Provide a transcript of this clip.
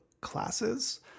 classes